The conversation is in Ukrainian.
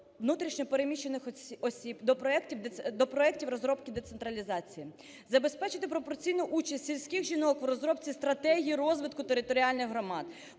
внутрішньо переміщених осіб до проектів розробки децентралізації, забезпечити пропорційну участь сільських жінок в розробці стратегії розвитку територіальних громад,